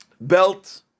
belt